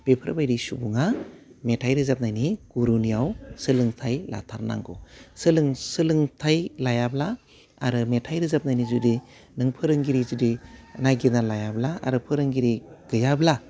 बेफोरबायदि सुबुंआ मेथाइ रोजाबनायनि गुरुनियाव सोलोंथाइ लाथारनांगौ सोलों सोलोंथाइ लायाब्ला आरो मेथाइ रोजाबनायनि जुदि नों फोरोंगिरि जुदि नायगिरनानै लायाब्ला आरो फोरोंगिरि गैयाब्ला